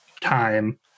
time